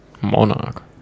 Monarch